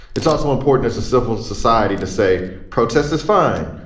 it's also important as a civil society to say protest is fine.